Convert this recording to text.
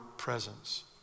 Presence